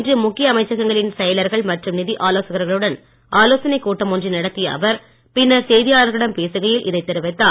இன்று முக்கிய அமைச்சகங்களின் செயலர்கள் மற்றும் நிதி ஆலோசகர்களுடன் ஆலோசனைக் கூட்டம் ஒன்றை நடத்திய அவர் பின்னர் செய்தியாளர்களிடம் பேசுகையில் இதைத் தெரிவித்தார்